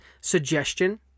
suggestion